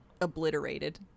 obliterated